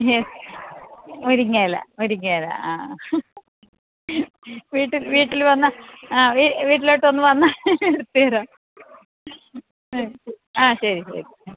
മുരിങ്ങ ഇല മുരിങ്ങ ഇല ആ വീട്ടിൽ വീട്ടിൽ വന്നാൽ ആ വീട്ടിലോട്ട് ഒന്ന് വന്നാൽ എടുത്ത് തരാം ആ ശരി ശരി